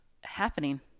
happening